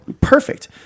perfect